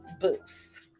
Boost